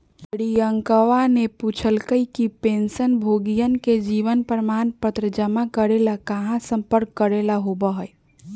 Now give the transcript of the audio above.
रियंकावा ने पूछल कई कि पेंशनभोगियन के जीवन प्रमाण पत्र जमा करे ला कहाँ संपर्क करे ला होबा हई?